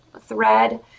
thread